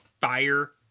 fire